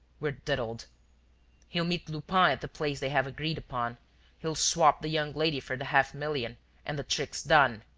we're diddled he'll meet lupin at the place they have agreed upon he'll swap the young lady for the half-million and the trick's done.